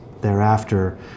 Thereafter